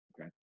okay